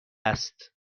است